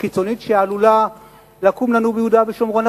הקיצונית שעלולה לקום לנו ביהודה ושומרון,